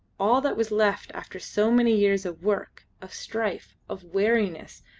all that was left after so many years of work, of strife, of weariness,